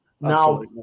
Now